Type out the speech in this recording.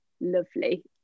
lovely